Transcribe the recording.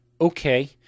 Okay